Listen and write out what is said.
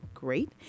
great